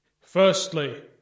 Firstly